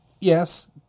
yes